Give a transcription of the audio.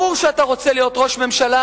ברור שאתה רוצה להיות ראש ממשלה,